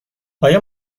آیا